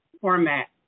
format